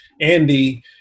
Andy